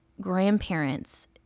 grandparents